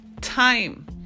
time